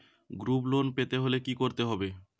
Group loan পেতে হলে কি করতে হবে?